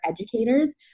educators